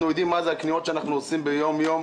יודעים מה היקף הקניות שאנחנו עושים ביום-יום.